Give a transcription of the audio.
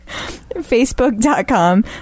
Facebook.com